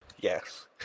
Yes